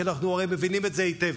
כי אנחנו הרי מבינים את זה היטב.